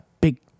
big